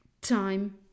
time